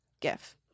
gif